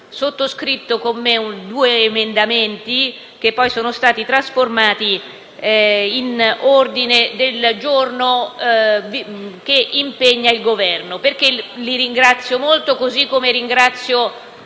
sottoscritto con me due emendamenti, poi trasformati in un ordine del giorno che impegna il Governo. Li ringrazio molto, così come ringrazio